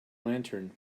lantern